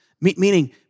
Meaning